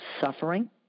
suffering